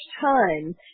time